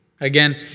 again